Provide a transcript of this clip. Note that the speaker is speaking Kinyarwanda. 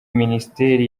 minisiteri